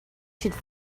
should